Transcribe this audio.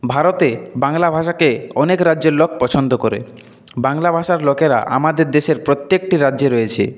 ভারতে বাংলা ভাষাকে অনেক রাজ্যের লোক পছন্দ করে বাংলা ভাষার লোকেরা আমাদের দেশের প্রত্যেকটি রাজ্যে রয়েছে